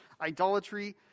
idolatry